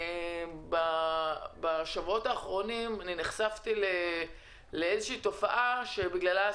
בשבועות האחרונים נחשפתי לתופעה מדאיגה,